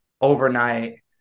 overnight